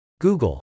Google